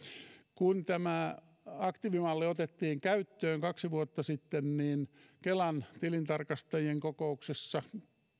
kun tämä aktiivimalli otettiin käyttöön kaksi vuotta sitten niin kelan tilintarkastajien kokouksessa